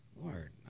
Lord